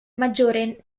maggiore